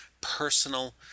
personal